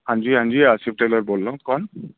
ہاں جی ہاں جی آصف ٹیلر بول رہا ہوں کون